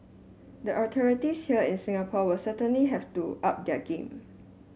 the authorities here in Singapore will certainly have to up their game